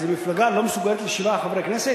אז אם מפלגה לא מסוגלת לשבעה חברי כנסת,